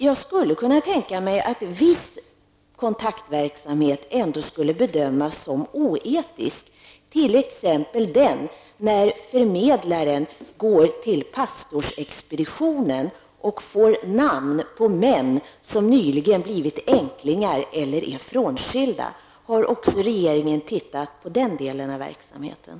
Jag kan tänka mig att viss kontaktverksamhet ändå skulle kunna bedömas som oetisk, t.ex. den där förmedlaren går till pastorsexpeditionen och får namn på män som nyligen blivit änklingar eller skilt sig. Har regeringen också tittat på den delen av verksamheten?